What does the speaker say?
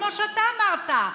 כמו שאתה אמרת,